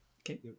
Okay